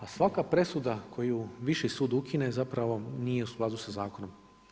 A svaka presuda koju viši sud ukine zapravo nije u skladu sa zakonom.